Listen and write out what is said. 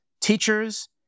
teachers